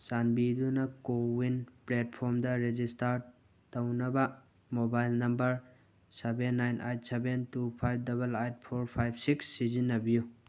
ꯆꯥꯟꯕꯤꯗꯨꯅ ꯀꯣꯋꯤꯟ ꯄ꯭ꯂꯦꯠꯐꯣꯝꯗ ꯔꯦꯖꯤꯁꯇꯥꯔ ꯇꯧꯅꯕ mobile number seven nine eight seven two five double eight four five six ꯁꯤꯖꯤꯟꯅꯕꯤꯌꯨ